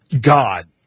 God